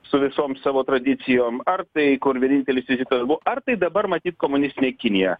su visom savo tradicijom ar tai kur vienintelis vizitas buvo ar tai dabar matyt komunistinė kinija